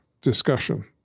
discussion